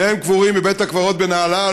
שניהם קבורים בבית הקברות בנהלל,